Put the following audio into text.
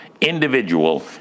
individual